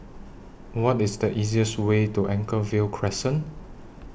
What IS The easiest Way to Anchorvale Crescent